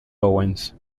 owens